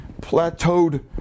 plateaued